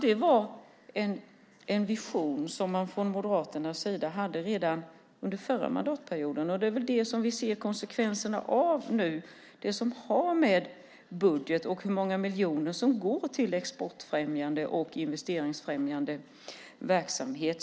Det var en vision som man från Moderaternas sida hade redan under den förra mandatperioden. Det är väl det som vi ser konsekvenserna av nu. Det handlar om budget och hur många miljoner som går till exportfrämjande och investeringsfrämjande verksamhet.